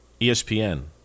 ESPN